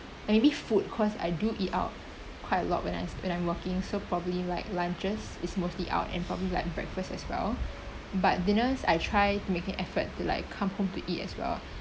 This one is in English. like maybe food cause I do eat out quite a lot when I when I'm working so probably like lunches is mostly out and probably like breakfast as well but dinners I try make an effort to like come home to eat as well